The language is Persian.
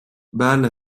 بله